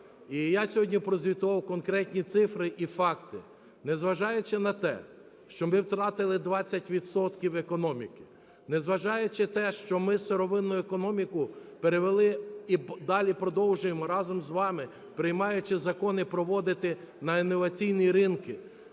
І я сьогодні прозвітував конкретні цифри і факти. Незважаючи на те, що ми втратили 20 відсотків економіки, незважаючи на те, що ми сировинну економіку перевели, і далі продовжуємо разом з вами, приймаючи закони, проводити на інноваційні ринки,